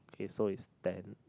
okay so it's ten